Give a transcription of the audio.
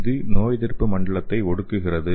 இது நோயெதிர்ப்பு மண்டலத்தை ஒடுக்குகிறது